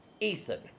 ethan